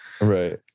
Right